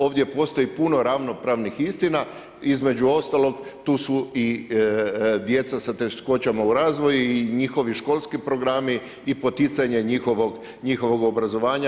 Ovdje postoji puno ravnopravnih istina, između ostalog tu su i djeca sa teškoćama u razvoju i njihovi školski programi i poticanje njihovog obrazovanja.